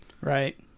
right